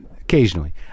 occasionally